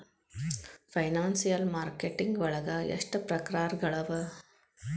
Financial marketing ವಳಗ ಎಷ್ಟ್ ಪ್ರಕ್ರಾರ್ಗಳವ?